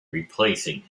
replacing